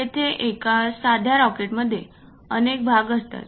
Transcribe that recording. येथे एका साध्या रॉकेटमध्ये अनेक भाग असतात